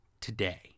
today